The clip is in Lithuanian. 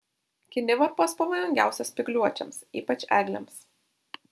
kinivarpos pavojingiausios spygliuočiams ypač eglėms